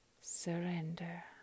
surrender